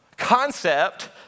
concept